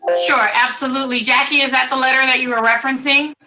sure absolutely. jackie, is that the letter and that you were referencing?